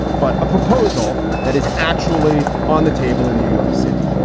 but a proposal that is actually on the table in new york city.